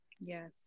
Yes